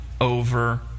over